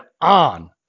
on